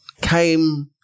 came